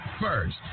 first